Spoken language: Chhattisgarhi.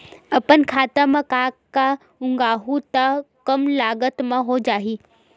अपन खेत म का का उगांहु त कम लागत म हो जाही?